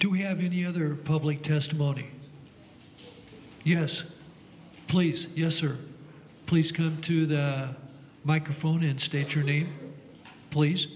do we have any other public testimony yes please yes or please come to the microphone and state your name please